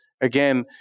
Again